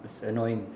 it's annoying